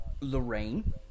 Lorraine